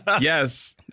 Yes